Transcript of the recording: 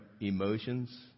emotions